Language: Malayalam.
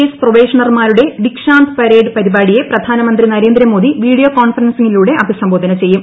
എസ് പ്രൊബേഷണർമാരുടെ ദിക്ഷാന്ത് പരേഡ് പരിപാടിയെ പ്രധാനമന്ത്രി നരേന്ദ്ര മോദി വീഡിയോ കോൺഫറൻസിലൂടെ അഭിസംബോധന ചെയ്യും